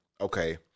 okay